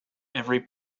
every